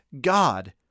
God